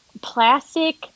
plastic